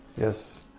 Yes